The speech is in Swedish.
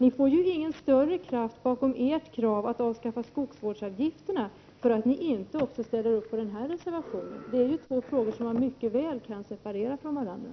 Ni får ju ingen större kraft bakom ert krav på att avskaffa skogsvårdsavgifterna för att ni inte också ställer upp på den här reservationen! Det är två frågor som man mycket väl kan separera från varandra.